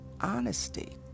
Honesty